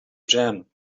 jam